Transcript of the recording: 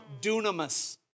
dunamis